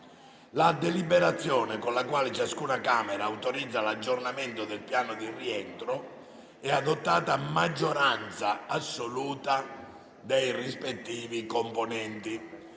la deliberazione con la quale ciascuna Camera autorizza l'aggiornamento del piano di rientro è adottata a maggioranza assoluta dei rispettivi componenti.